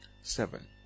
Seven